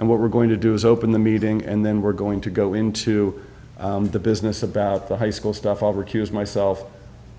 and what we're going to do is open the meeting and then we're going to go into the business about the high school stuff all recuse myself